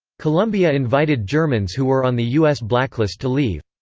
colombia invited germans who were on the u s. blacklist to leave.